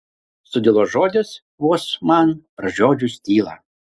sudilo žodis vos man pražiodžius tylą